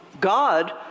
God